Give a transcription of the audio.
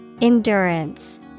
Endurance